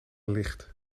licht